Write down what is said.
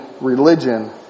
religion